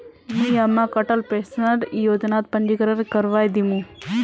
मुई अम्माक अटल पेंशन योजनात पंजीकरण करवइ दिमु